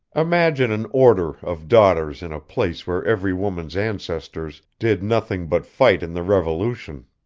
imagine an order of daughters in a place where every woman's ancestors did nothing but fight in the revolution.